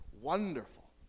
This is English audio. Wonderful